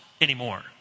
anymore